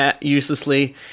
uselessly